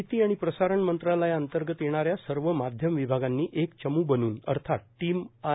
माहिती आणि प्रसारण मंत्रालयाअंतर्गत येणाऱ्या सर्व माध्यम विभागांनी एक चमू बनून अर्थात टीम आय